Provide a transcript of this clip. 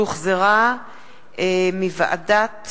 שהחזירה ועדת